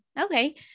okay